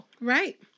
Right